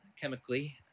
chemically